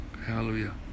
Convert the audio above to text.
Hallelujah